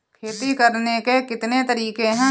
खेती करने के कितने तरीके हैं?